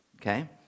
Okay